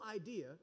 idea